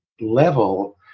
level